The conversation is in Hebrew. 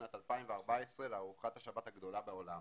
בשנת 2014 לארוחת השבת הגדולה בעולם.